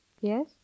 Yes